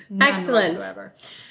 Excellent